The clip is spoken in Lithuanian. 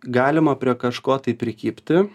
galima prie kažko tai prikibti